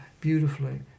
beautifully